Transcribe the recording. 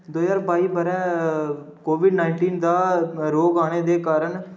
दो ज्हार बाई ब'रै कोविड नाइनटिन दा रोग आने दे कारण